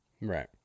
Right